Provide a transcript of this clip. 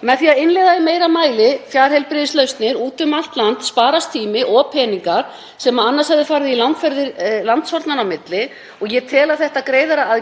Með því að innleiða í meira mæli fjarheilbrigðislausnir úti um allt land sparast tími og peningar sem annars hefðu farið í langferðir landshorna á milli. Ég tel að þetta greiðara